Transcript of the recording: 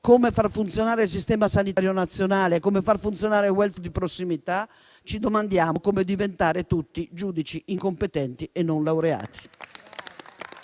come far funzionare il sistema sanitario nazionale e come far funzionare il *welfare* di prossimità, ci domandiamo come diventare tutti giudici incompetenti e non laureati.